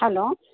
hello